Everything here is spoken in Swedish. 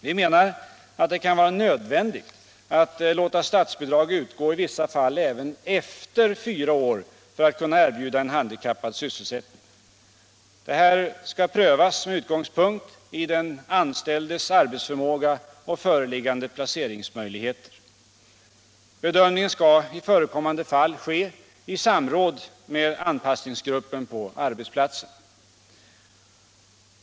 Vi menar att det kan vara nödvändigt att låta statsbidrag utgå i vissa fall även efter fyra år för att kunna erbjuda en handikappad sysselsättning. Detta skall prövas med utgångspunkt i den anställdes arbetsförmåga och föreliggande placeringsmöjligheter. Bedömningen skall i förekommande fall ske i samråd med anpassningsgruppen på arbetsplatsen.